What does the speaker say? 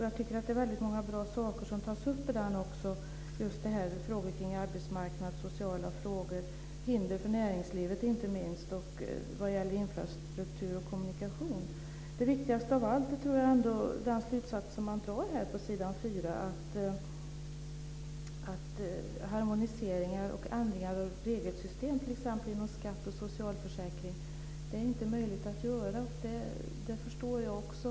Jag tycker att det är väldigt många bra saker som tas upp i den, just frågor kring arbetsmarknad, sociala frågor, hinder för näringslivet inte minst och vad gäller infrastruktur och kommunikation. Det viktigaste av allt tror jag ändå är den slutsats som man drar på s. 4 i svaret, att harmoniseringar och ändringar av regelsystem inom t.ex. skatte och socialförsäkringsområdena inte är möjliga att göra. Det förstår jag också.